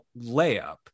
layup